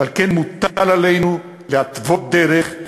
ועל כן מוטל עלינו להתוות דרך,